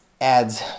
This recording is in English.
adds